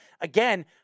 again